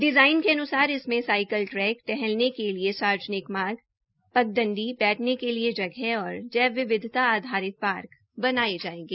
design के अनुसार इसके में साइकल ट्रैक टहलने के लिए सार्वजनिक मार्ग पगडंडी बैठने के लिए जगह और जैब विविधता आधारित पार्क बनाये जायेंगे